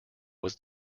was